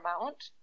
amount